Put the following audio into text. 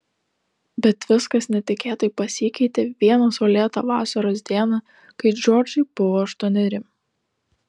bet viskas netikėtai pasikeitė vieną saulėtą vasaros dieną kai džordžai buvo aštuoneri